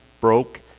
broke